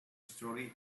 story